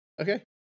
Okay